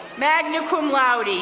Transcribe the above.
magna cum laude, and